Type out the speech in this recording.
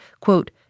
quote